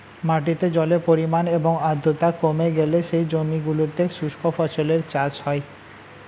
মাটিতে জলের পরিমাণ এবং আর্দ্রতা কমে গেলে সেই জমিগুলোতে শুষ্ক ফসলের চাষ হয়